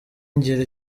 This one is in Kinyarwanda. ngira